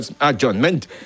adjournment